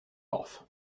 off